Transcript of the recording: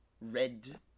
red